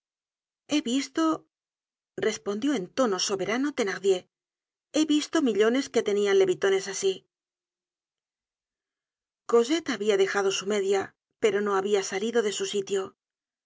he visto respondió en tono soberano thenardier he visto millonarios que tenían levitones asi cosette habia dejado su media pero no habia salido de su sitio